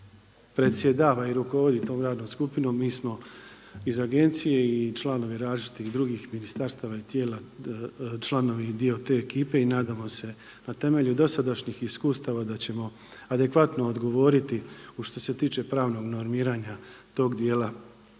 predsjedava i rukovodi tom radnom skupinom, mi smo iz agencije i članovi različitih drugih ministarstva i tijela članovi i dio te ekipe i nadamo se na temelju dosadašnjih iskustava da ćemo adekvatno odgovoriti što se tiče pravnog normiranja tog dijela